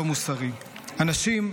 זה לא מוסרי --- אנשים,